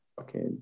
Okay